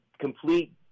complete